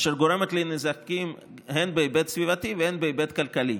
אשר גורמת לנזקים הן בהיבט סביבתי והן בהיבט כלכלי.